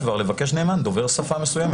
לבקש נאמן דובר שפה מסוימת.